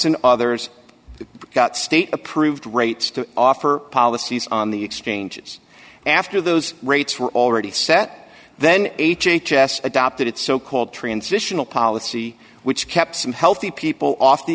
and others got state approved rates to offer policies on the exchanges after those rates were already set then h h s adopted its so called transitional policy which kept some healthy people off the